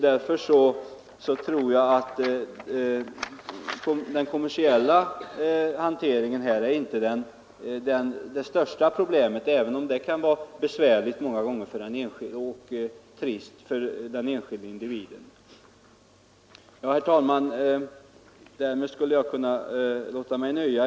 Därför tror jag inte att den kommersiella hanteringen är det största problemet, även om det många gånger kan upplevas negativt av den enskilde individen. Herr talman! Därmed skulle jag kunna låta mig nöja.